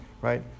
right